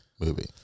movie